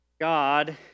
God